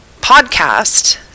podcast